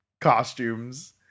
costumes